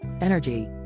Energy